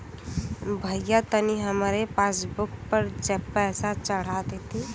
भईया तनि हमरे पासबुक पर पैसा चढ़ा देती